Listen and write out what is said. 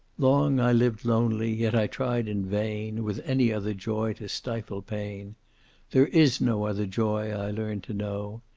long i lived lonely, yet i tried in vain with any other joy to stifle pain there is no other joy, i learned to know,